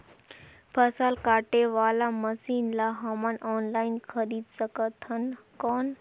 फसल काटे वाला मशीन ला हमन ऑनलाइन खरीद सकथन कौन?